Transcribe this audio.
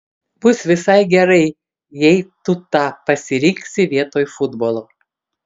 bus visai gerai jei tu tą pasirinksi vietoj futbolo